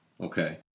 Okay